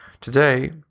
Today